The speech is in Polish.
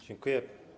Dziękuję.